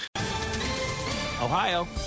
Ohio